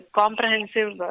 comprehensive